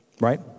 Right